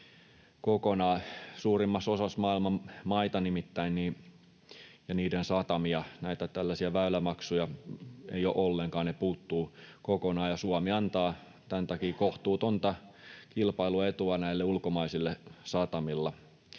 suurimmassa osassa maailman maita ja niiden satamia näitä tällaisia väylämaksuja ei ole ollenkaan, ne puuttuvat kokonaan, ja Suomi antaa tämän takia kohtuutonta kilpailuetua näille ulkomaisille satamille.